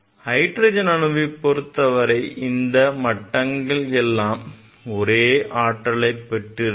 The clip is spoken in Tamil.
ஹைட்ரஜன் அணுவைப் பொருத்தவரை இந்த மட்டங்கள் எல்லாம் ஒரே ஆற்றலைப் பெற்றிருக்கும்